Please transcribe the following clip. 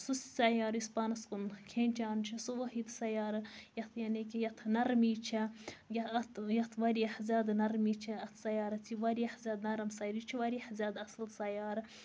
سُہ سَیارٕ یُس پانَس کُن کھیٚنچان چھُ سُہ وٲحِد سَیارٕ یتھ یعنی کہِ یتھ نرمی چھِ اتھ یتھ واریاہ زیادٕ نَرمی چھَ اتھ سَیارَس یہِ واریاہ زیادٕ نرم سَیار یہِ چھُ واریاہ زیادٕ اصٕل سَیارٕ